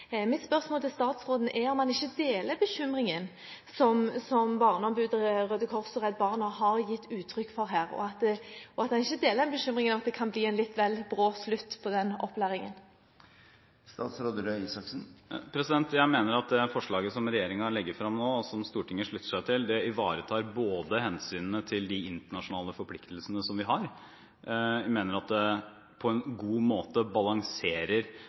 Mitt spørsmål til statsråden er: Deler han ikke bekymringen som Barneombudet, Røde Kors og Redd Barna her har gitt uttrykk for? Deler han ikke bekymringen for at det kan bli en litt vel brå slutt på den opplæringen? Jeg mener at det forslaget som regjeringen legger frem nå, og som Stortinget slutter seg til, ivaretar hensynet til de internasjonale forpliktelsene som vi har. Jeg mener at det på en god måte balanserer